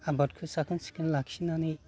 आबादखौ साखोन सिखोन लाखिनानै